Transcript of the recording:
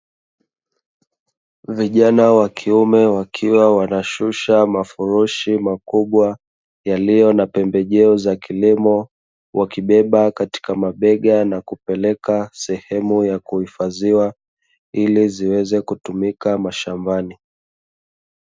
Vijana wakiume, wakiwa wanashusha mafurushi makubwa, yaliyo na pembejeo za kilimo wakibeba katika mabega na kupeleka sehemu ya kuhifadhiwa ili ziweze kutumika shambani.